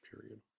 period